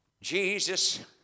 Jesus